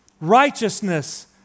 righteousness